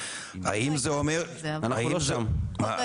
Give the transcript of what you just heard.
האם זה אומר -- אנחנו עוד לא שם,